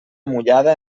mullada